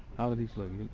how does these look?